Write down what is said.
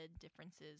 differences